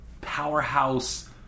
Powerhouse